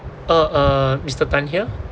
uh uh mister gan here